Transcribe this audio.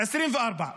ב-2024.